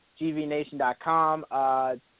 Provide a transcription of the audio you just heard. gvnation.com